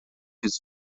his